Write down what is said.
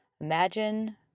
imagine